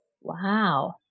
Wow